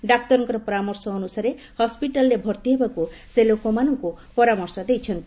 ଡାକ୍ତରଙ୍କ ପରାମର୍ଶ ଅନୁସାରେ ହସ୍କିଟାଲ୍ରେ ଭର୍ତ୍ତି ହେବାକୁ ସେ ଲୋକମାନଙ୍କୁ ପରାମର୍ଶ ଦେଇଛନ୍ତି